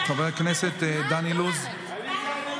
חברת הכנסת מיכל שיר סגמן,